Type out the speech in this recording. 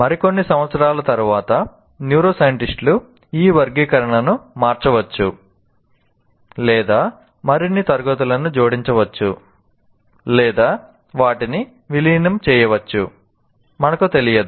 మరికొన్ని సంవత్సరాల తరువాత న్యూరో సైంటిస్టులు ఈ వర్గీకరణను మార్చవచ్చు లేదా మరిన్ని తరగతులను జోడించవచ్చు లేదా వాటిని విలీనం చేయవచ్చు మనకు తెలియదు